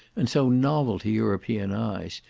and so novel to european eyes,